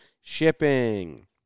shipping